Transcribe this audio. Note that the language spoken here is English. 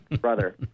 brother